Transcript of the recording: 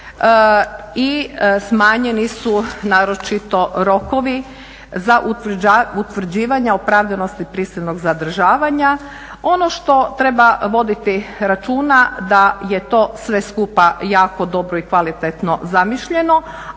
i smanjeni su naročito rokovi za utvrđivanja opravdanosti prisilnog zadržavanja. Ono što treba voditi računa da je to sve skupa jako dobro i kvalitetno zamišljeno